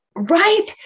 Right